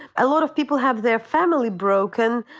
a lot of people have their family broken.